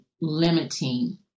limiting